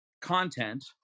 content